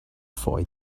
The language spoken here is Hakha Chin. fawi